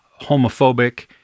homophobic